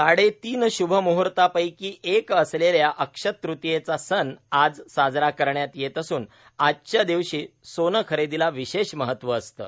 साडेतीन शभ मुहर्तांपैकी एक असलेल्या अक्षया तृतियेचा सण आज साजरा करण्यात येत असून आजच्या दिवशी सोनं खरेदीला विशेष महत्व असतं